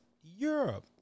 Europe